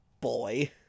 boy